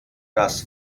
das